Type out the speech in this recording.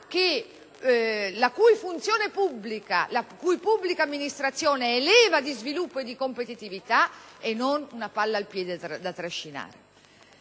attiva a quella società la cui pubblica amministrazione è leva di sviluppo e di competitività e non una palla al piede da trascinare.